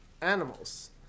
animals